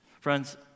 Friends